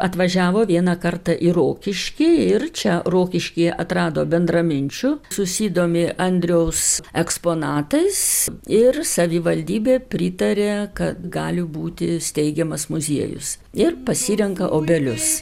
atvažiavo vieną kartą į rokiškį ir čia rokiškyje atrado bendraminčių susidomi andriaus eksponatais ir savivaldybė pritarė kad gali būti steigiamas muziejus ir pasirenka obelius